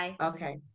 Okay